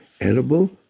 edible